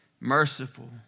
merciful